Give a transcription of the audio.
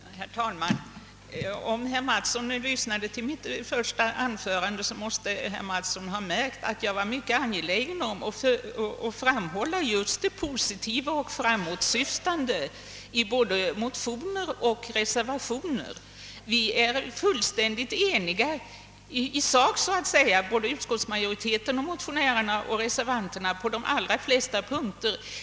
Herr talman! Om herr Mattsson lyssnade till mitt första anförande så måste han ha märkt att jag var mycket angelägen att framhålla just det positiva och framåtsyftande i både motioner och reservationer, Utskottsmajoriteten, motionärerna och reservanterna är fullständigt ense i sak på de allra flesta punkter.